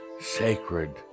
sacred